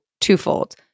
Twofold